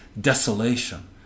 desolation